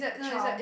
child